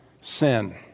sin